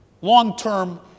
long-term